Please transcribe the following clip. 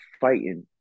fighting